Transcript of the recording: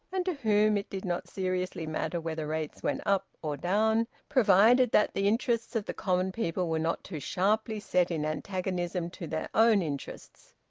and to whom it did not seriously matter whether rates went up or down, provided that the interests of the common people were not too sharply set in antagonism to their own interests.